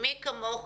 מי כמוך,